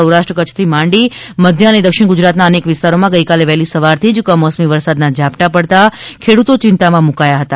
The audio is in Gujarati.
સૌરાષ્ટ્ર કચ્છથી માંડી મધ્ય ને દક્ષિણ ગુજરાત ના નેક વિસ્તારમાં ગઇકાલે વહેલી સવારથી કમોસમી વરસાદ ના ઝાપટા પડતાં ખેડૂતો ચિંતામાં મુકાયા હતા